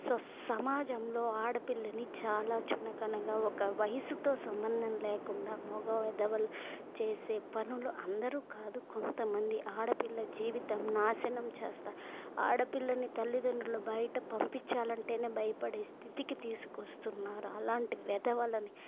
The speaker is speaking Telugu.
సో సమాజంలో ఆడపిల్లని చాలా చులకనగా ఒక వయసుతో సంబంధం లేకుండా మగ వెధవలు చేసే పనులు అందరు కాదు కొంతమంది ఆడపిల్ల జీవితం నాశనం చేస్తారు ఆడపిల్లని తల్లిదండ్రులు బయట పంపించాలంటేనే భయపడే స్థితికి తీసుకొస్తున్నారు అలాంటి వెధవలని